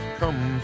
come